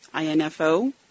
INFO